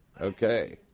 Okay